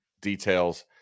details